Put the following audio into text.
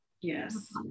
Yes